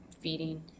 feeding